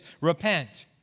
Repent